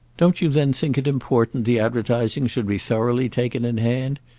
don't you then think it important the advertising should be thoroughly taken in hand?